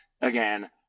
again